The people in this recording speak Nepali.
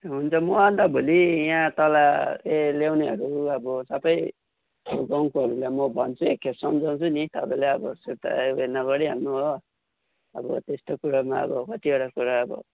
हुन्छ म अन्त भोलि यहाँ तल ल्याउनेहरू अब सबै गाउँकोहरूलाई म भन्छु एक खेप सम्झाउँछु नि तपाईँले अब सुर्ता उयो नगरिहाल्नु हो अब त्यस्तो कुरामा अब कतिवटा कुरा अब